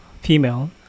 female